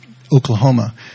Oklahoma